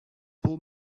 pull